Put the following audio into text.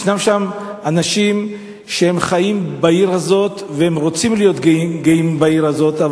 יש שם אנשים שחיים בעיר הזאת ורוצים להיות גאים בעיר הזאת,